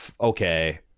okay